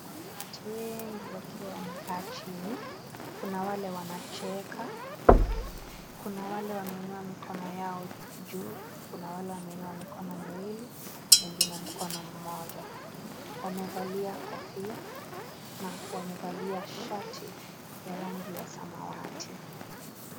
Kuna watu wengi wakiwa wamekaa chini, kuna wale wanacheka, kuna wale wameinua mikono yao juu, kuna wale wameinua mikono miwili wengine mkono mmoja, wamevalia kofia na wamevalia shati ya rangi yaszamawati.